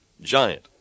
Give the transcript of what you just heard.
giant